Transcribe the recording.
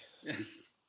Yes